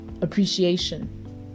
appreciation